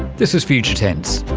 this is future tense,